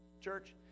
church